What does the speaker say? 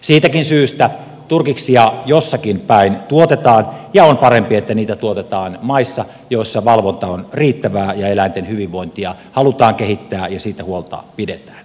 siitäkin syystä turkiksia jossakinpäin tuotetaan ja on parempi että niitä tuotetaan maissa joissa valvonta on riittävää ja eläinten hyvinvointia halutaan kehittää ja siitä huolta pidetään